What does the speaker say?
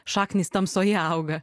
šaknys tamsoje auga